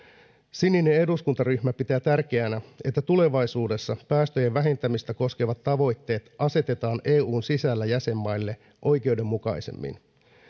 sininen eduskuntaryhmä pitää tärkeänä että tulevaisuudessa päästöjen vähentämistä koskevat tavoitteet asetetaan eun sisällä jäsenmaille oikeudenmukaisemmin